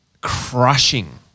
crushing